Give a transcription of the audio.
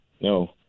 No